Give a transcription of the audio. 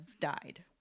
died